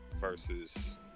versus